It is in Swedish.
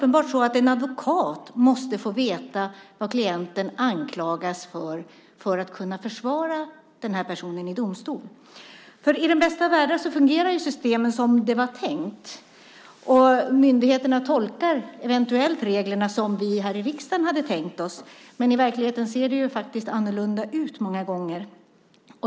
En advokat måste ju få veta vad klienten anklagas för för att kunna försvara personen i domstol. I den bästa av världar fungerar systemen som det var tänkt. Myndigheterna tolkar eventuellt reglerna såsom vi här i riksdagen hade tänkt oss. Men i verkligheten ser det annorlunda ut många gånger.